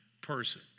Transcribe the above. person